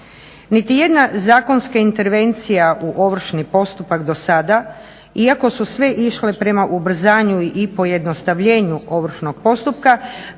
Niti jedna zakonska intervencija u ovršni postupak do sada iako su sve išle prema ubrzanju i pojednostavljenju ovršnog postupka